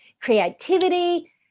creativity